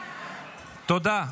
תודה.